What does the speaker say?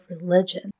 religion